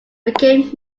became